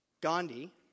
Gandhi